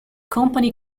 company